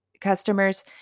Customers